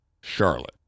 Charlotte